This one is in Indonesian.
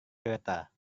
kereta